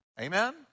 Amen